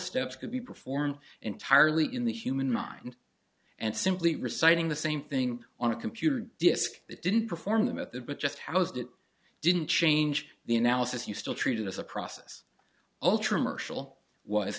steps could be performed entirely in the human mind and simply reciting the same thing on a computer disk that didn't perform the method but just housed it didn't change the analysis you still treat it as a process ultra mercial was